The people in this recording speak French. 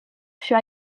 fut